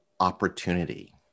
Opportunity